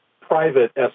private